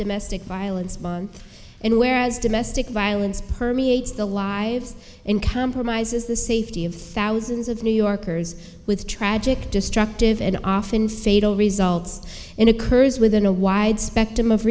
domestic violence month in whereas did mystic violence permeates the lives in compromises the safety of thousands of new yorkers with tragic destructive and often fatal results in occurs within a wide spectrum of